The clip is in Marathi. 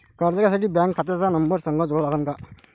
कर्ज घ्यासाठी बँक खात्याचा नंबर संग जोडा लागन का?